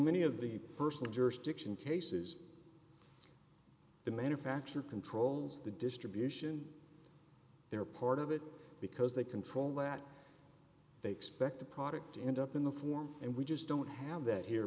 many of the personal jurisdiction cases the manufacturer controls the distribution they're part of it because they control that they expect the product end up in the form and we just don't have that here